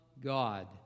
God